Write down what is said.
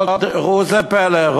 אבל ראו זה פלא,